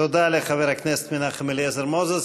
תודה לחבר הכנסת מנחם אליעזר מוזס.